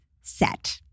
set